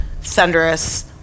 thunderous